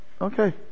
okay